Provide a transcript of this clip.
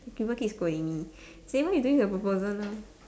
okay people scolding me so when you doing your proposal now